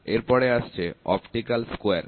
এর পরে আসছে অপটিক্যাল স্কয়ার